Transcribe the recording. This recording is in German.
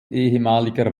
ehemaliger